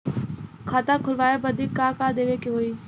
खाता खोलावे बदी का का देवे के होइ?